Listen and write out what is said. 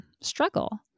struggle